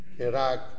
Iraq